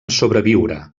sobreviure